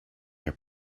near